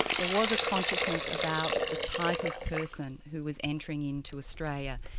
there was a consciousness about the type of person who was entering into australia,